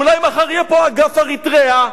אולי מחר יהיה פה אגף אריתריאה,